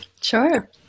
Sure